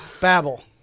Babble